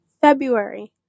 February